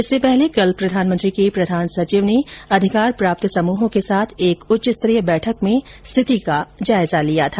इससे पहले कल प्रधानमंत्री के प्रधान सचिव ने अधिकार प्राप्त समूहों के साथ एक उच्चस्तरीय बैठक में स्थिति का जायजा लिया था